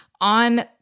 on